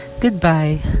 Goodbye